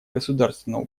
государственного